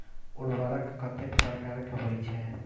उर्वरक कतेक प्रकार के होई छै?